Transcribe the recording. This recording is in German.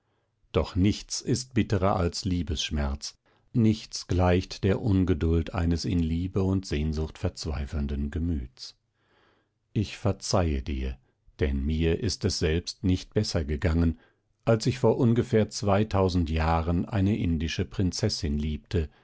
doch nichts ist bittrer als liebesschmerz nichts gleicht der ungeduld eines in liebe und sehnsucht verzweifelnden gemüts ich verzeihe dir denn mir ist es selbst nicht besser gegangen als ich vor ungefähr zweitausend jahren eine indische prinzessin liebte